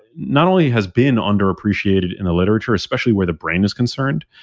not only has been underappreciated in the literature, especially where the brand is concerned,